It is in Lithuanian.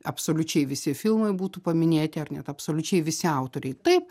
absoliučiai visi filmai būtų paminėti ar net absoliučiai visi autoriai taip